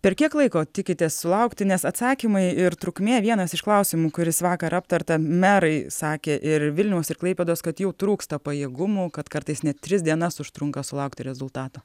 per kiek laiko tikitės sulaukti nes atsakymai ir trukmė vienas iš klausimų kuris vakar aptarta merai sakė ir vilniaus ir klaipėdos kad jau trūksta pajėgumų kad kartais net tris dienas užtrunka sulaukti rezultato